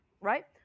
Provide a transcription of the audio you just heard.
right